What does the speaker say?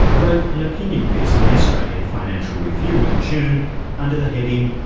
wrote an opinion piece in the australian financial review in june under the heading,